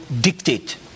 dictate